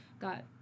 got